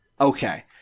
Okay